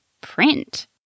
print